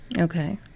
Okay